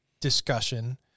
discussion